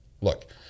look